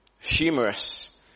Humorous